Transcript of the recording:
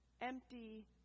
empty